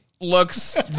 looks